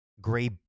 gray